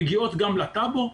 מגיעים גם לטאבו,